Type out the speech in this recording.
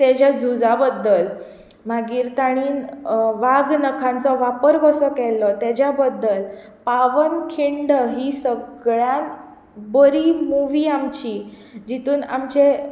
तेज्या झुजा बद्दल मागीर तांणीन वाघ नखांचो वापर कसो केल्लो तेज्या बद्दल पावन खिंड ही सगळ्यान बरी मुवी आमची जितून आमचें